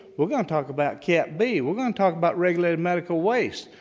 we're going to talk about cat b. we're going to talk about regulated medical waste.